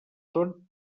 són